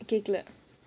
கேட்கல:ketkala